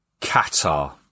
Qatar